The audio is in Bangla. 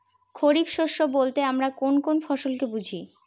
খরিফ শস্য বলতে আমরা কোন কোন ফসল কে বুঝি?